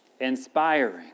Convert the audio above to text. inspiring